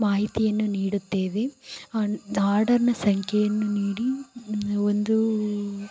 ಮಾಹಿತಿಯನ್ನು ನೀಡುತ್ತೇವೆ ಆರ್ಡರ್ನ ಸಂಖ್ಯೆಯನ್ನು ನೀಡಿ ಒಂದು